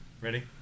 Ready